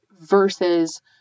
versus